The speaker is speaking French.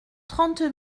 trente